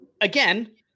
Again